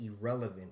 irrelevant